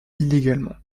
illégalement